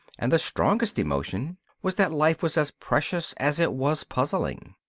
and the strongest emotion was that life was as precious as it was puzzling.